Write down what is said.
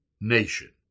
nation